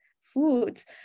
foods